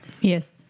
Yes